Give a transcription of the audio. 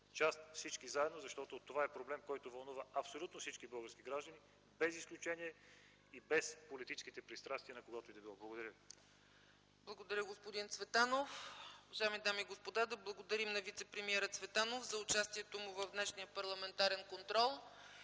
част всички заедно, защото това е проблем, който вълнува абсолютно всички български граждани, без изключение и без политическите пристрастия на когото и да било. Благодаря ви. ПРЕДСЕДАТЕЛ ЦЕЦКА ЦАЧЕВА: Благодаря, господин Цветанов. Уважаеми дами и господа, да благодарим на вицепремиера Цветанов за участието му в днешния парламентарен контрол